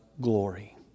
glory